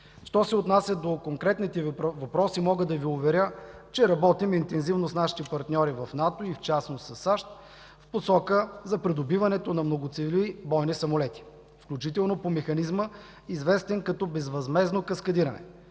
Що се отнася до конкретните Ви въпроси, мога да Ви уверя, че работим интензивно с нашите партньори в НАТО и в частност със САЩ в посока за придобиването на многоцелеви бойни самолети, включително по механизма, известен като безвъзмездно каскадиране.